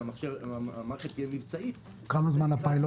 כשהמערכת תהיה מבצעית --- כמה זמן הפיילוט?